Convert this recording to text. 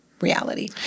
reality